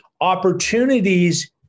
opportunities